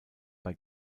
bei